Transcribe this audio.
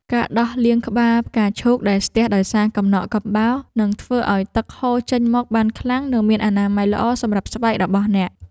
ការដោះលាងក្បាលផ្កាឈូកដែលស្ទះដោយសារកំណកកំបោរ នឹងធ្វើឱ្យទឹកហូរចេញមកបានខ្លាំង និងមានអនាម័យល្អសម្រាប់ស្បែករបស់អ្នក។